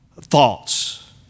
thoughts